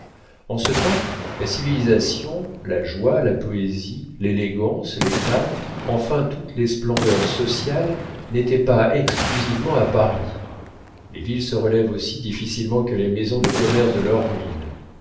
en ce temps la civilisation la joie la poésie l'élégance les femmes enfin toutes les splendeurs sociales n'étaient pas exclusivement à paris les villes se relèvent aussi difficilement que les maisons de commerce de leur ruine